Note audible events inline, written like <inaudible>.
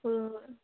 <unintelligible>